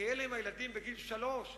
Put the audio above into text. כי הילדים בגיל שלוש,